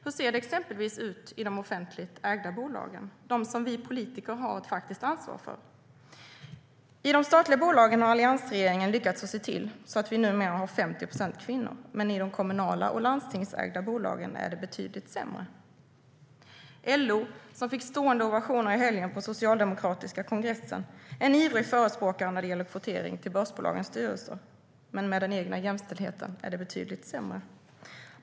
Hur ser det exempelvis ut i de offentligt ägda bolagen, dem som vi politiker har ett faktiskt ansvar för? I de statliga bolagen har alliansregeringen lyckats se till att vi numera har 50 procent kvinnor, men i de kommunala och landstingsägda bolagen är det betydligt sämre. LO, som i helgen fick stående ovationer på den socialdemokratiska kongressen, är en ivrig förespråkare för kvotering när det gäller börsbolagens styrelser. Men med den egna jämställdheten är det betydligt sämre.